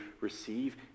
receive